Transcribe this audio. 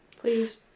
please